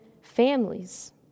families